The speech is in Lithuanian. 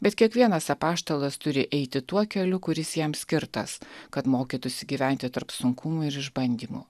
bet kiekvienas apaštalas turi eiti tuo keliu kuris jam skirtas kad mokytųsi gyventi tarp sunkumų ir išbandymų